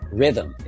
rhythm